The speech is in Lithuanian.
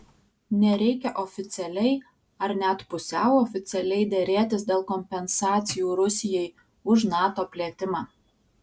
nereikia oficialiai ar net pusiau oficialiai derėtis dėl kompensacijų rusijai už nato plėtimą